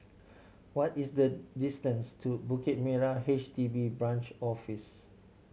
what is the distance to Bukit Merah H D B Branch Office